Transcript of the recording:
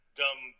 dumb